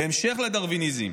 בהמשך לדרוויניזם,